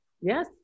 Yes